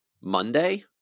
Monday